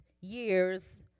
years